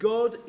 God